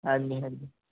ਹਾਂਜੀ ਹਾਂਜੀ